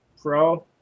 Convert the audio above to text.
pro